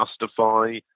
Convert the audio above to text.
justify